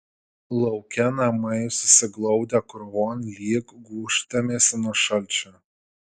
lauke namai susiglaudę krūvon lyg gūždamiesi nuo šalčio